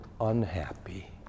unhappy